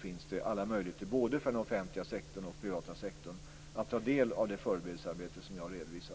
finns det alla möjligheter för både den offentliga sektorn och den privata sektorn att ta del av det förberedelsearbete jag har redovisat.